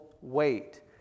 weight